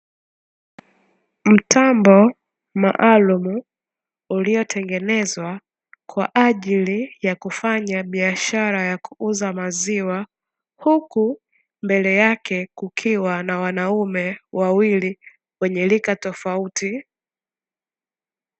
Mtambo maalumu uliotengenezwa, kwa ajili ya kufanya biashara ya kuuza maziwa, huku mbele yake kukiwa na wanaume wawili wenye rika tofauti.